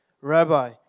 Rabbi